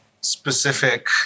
specific